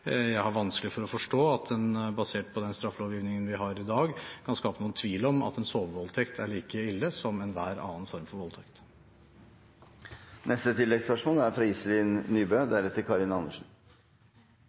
Jeg har vanskelig for å forstå at man, basert på den straffelovgivningen vi har i dag, kan skape noen tvil om at en sovevoldtekt er like ille som enhver annen form for